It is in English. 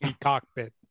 cockpit